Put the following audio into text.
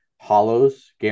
hollows